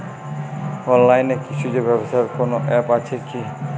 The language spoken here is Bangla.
অনলাইনে কৃষিজ ব্যবসার কোন আ্যপ আছে কি?